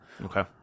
Okay